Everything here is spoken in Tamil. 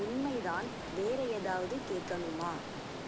உண்மை தான் வேறு ஏதாவது கேட்கணுமா